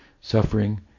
Suffering